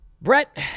Brett